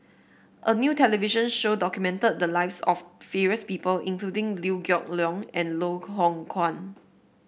a new television show documented the lives of various people including Liew Geok Leong and Loh Hoong Kwan